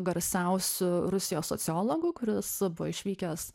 garsiausių rusijos sociologų kuris supo išvykęs